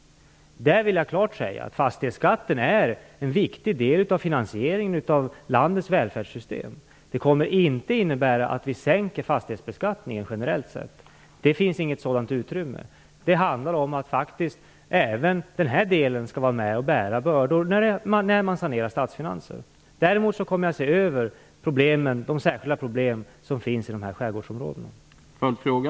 Jag vill klart säga att fastighetsskatten är en viktig del av finansieringen av landets välfärdssystem. Detta kommer inte att innebära att vi sänker fastighetsskatten generellt sett. Det finns inget sådant utrymme. Det handlar om att faktiskt även den här delen skall vara med och bära bördorna när statsfinanserna saneras. Däremot kommer jag att se över de särskilda problem som finns i skärgårdsområdena.